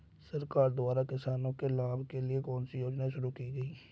सरकार द्वारा किसानों के लाभ के लिए कौन सी योजनाएँ शुरू की गईं?